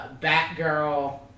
Batgirl